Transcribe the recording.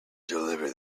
deliver